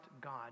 God